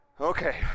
Okay